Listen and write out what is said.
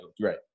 right